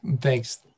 Thanks